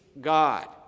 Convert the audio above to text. God